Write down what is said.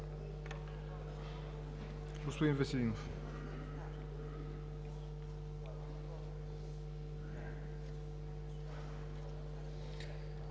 Господин Веселинов.